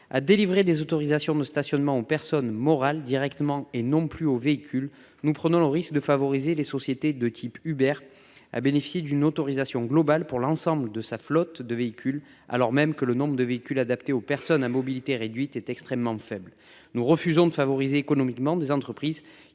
a délivré des autorisations de stationnement aux personnes morales directement et non plus aux véhicules. Nous prenons le risque de favoriser les sociétés de type Hubert a bénéficié d'une autorisation globale pour l'ensemble de sa flotte de véhicules alors même que le nombre de véhicules adaptés aux personnes à mobilité réduite est extrêmement faible. Nous refusons de favoriser économiquement des entreprises